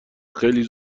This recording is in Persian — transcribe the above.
خیلی